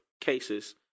cases